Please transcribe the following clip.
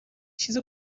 چیز